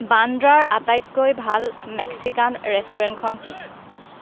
বান্দ্ৰাৰ আটাইতকৈ ভাল মেক্সিকান ৰেষ্টুৰেণ্টখন কি